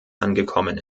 angekommen